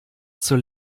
zur